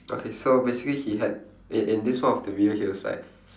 okay so basically he had in in this one of the video he was like